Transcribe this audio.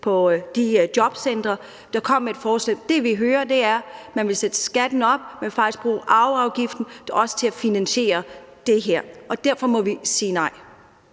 de her jobcentre. Det, vi hører, er, at man vil sætte skatten op, man vil faktisk også bruge arveafgiften til at finansiere det her. Og derfor må vi sige nej.